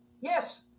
yes